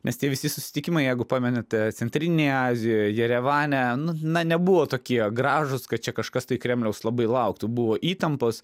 nes tie visi susitikimai jeigu pamenate centrinėje azijoje jerevane nu na nebuvo tokie gražūs kad čia kažkas tai kremliaus labai lauktų buvo įtampos